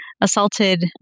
assaulted